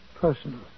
personal